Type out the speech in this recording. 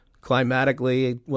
climatically